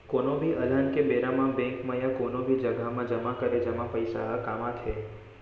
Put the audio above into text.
कोनो भी अलहन के बेरा म बेंक म या कोनो भी जघा म जमा करे जमा पइसा ह काम आथे